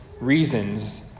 reasons